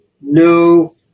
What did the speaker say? no